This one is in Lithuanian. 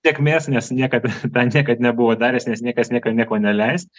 tėkmės nes niekad bent niekad nebuvo daręs nes niekas niekad nieko neleist